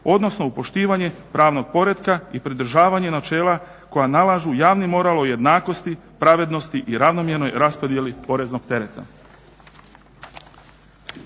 odnosno u poštivanje pravnog poretka i pridržavanje načela koja nalažu javni moral o jednakosti, pravednosti i ravnomjernoj raspodjeli poreznog tereta.